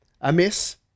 Amiss